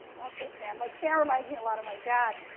okay sam. like, sam reminds me a lot of my dad,